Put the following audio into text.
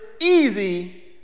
easy